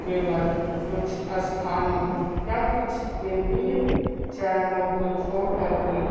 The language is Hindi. केवल कुछ स्थानीय या कुछ केंद्रीय चैनलों को छोड़ कर के